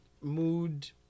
mood